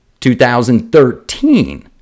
2013